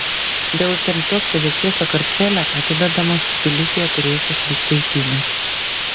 dėl įtemptos padėties sakartvele atidedamos tbilisyje turėjusios vykti eitynės